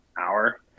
hour